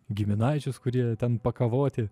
giminaičius kurie ten pakavoti